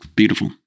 beautiful